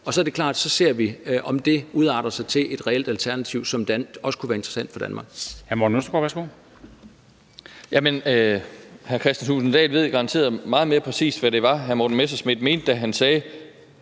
EU. Så er det klart, at så ser vi, om det udarter sig til et reelt alternativ, som også kunne være interessant for Danmark.